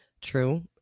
true